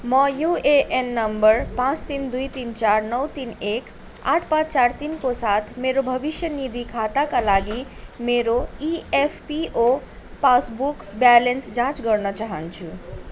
म UAN number पाँच तिन दुई तिन चार नौ तिन एक आठ पाँच चार तिनको साथ मेरो भविष्य निधि खाताका लागी मेरो इएफपिओ पासबुक ब्यालेन्स जाँच गर्न चाहन्छु